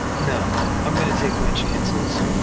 no i'm going to take my chances.